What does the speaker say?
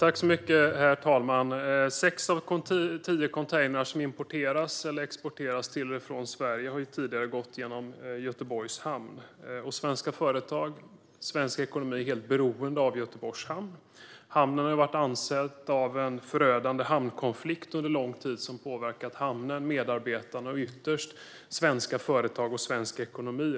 Herr talman! Sex av tio containrar som importeras till eller exporteras från Sverige har tidigare gått genom Göteborgs hamn. Svenska företag och svensk ekonomi är helt beroende av Göteborgs hamn. Hamnen har under lång tid varit ansatt av en förödande hamnkonflikt som påverkat hamnen, medarbetarna och ytterst svenska företag och svensk ekonomi.